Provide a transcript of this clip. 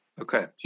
Okay